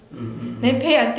mm mm mm